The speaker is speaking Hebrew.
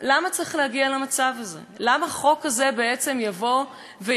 למה החוק הזה יעשה פה כן ולא,